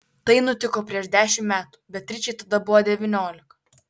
tai nutiko prieš dešimt metų beatričei tada buvo devyniolika